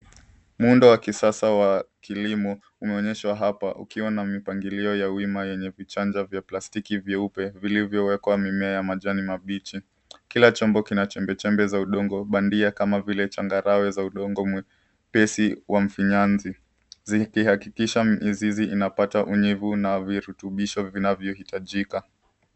Muundo wa kisasa wa kilimo, unaonyesha hapa, ukiwa na mipangilio ya wima yenye vichanja vya plastiki vyeupe, vilivyowekwa mimea ya majani mabichi. Kila chombo kina chembechembe za udongo bandia, kama vile changarawe za udongo mwepesi wa mfinyanzi, zikiakikisha mizizi inapata unyevu na virutubisho vinavyohitajika.